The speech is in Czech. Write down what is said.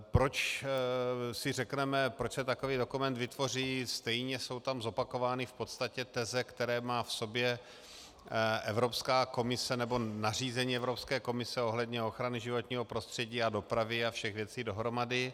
Proč si řekneme, proč se takový dokument vytvoří, stejně jsou tam zopakovány v podstatě teze, které má v sobě Evropská komise nebo nařízení Evropské komise ohledně ochrany životního prostředí a dopravy a všech věcí dohromady.